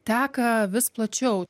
teka vis plačiau